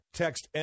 text